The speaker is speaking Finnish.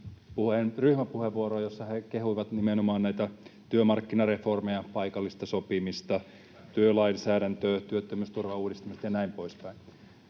ryhmäpuheenvuoroon, jossa he kehuivat nimenomaan näitä työmarkkinareformeja, paikallista sopimista, työlainsäädäntöä, työttömyysturvan uudistamista ja näin poispäin.